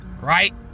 right